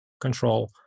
control